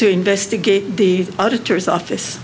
to investigate the auditors office